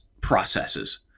processes